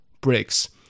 bricks